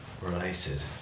related